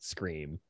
Scream